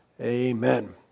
Amen